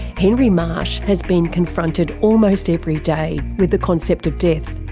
henry marsh has been confronted almost every day with the concept of death.